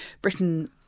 Britain